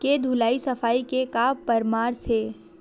के धुलाई सफाई के का परामर्श हे?